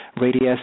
Radius